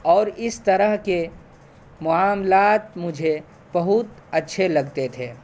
اور اس طرح کے معاملات مجھے بہت اچھے لگتے تھے